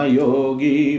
yogi